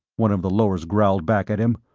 one of the lowers growled back at him.